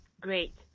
Great